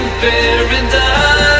paradise